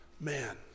man